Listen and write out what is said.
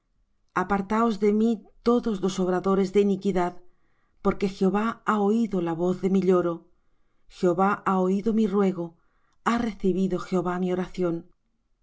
apartaos de mí todos los obradores de iniquidad porque jehová ha oído la voz de mi lloro jehová ha oído mi ruego ha recibido jehová mi oración